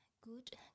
good